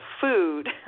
food